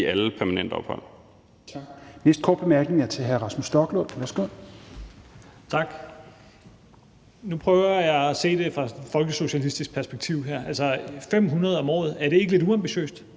alle permanent ophold.